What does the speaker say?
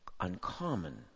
uncommon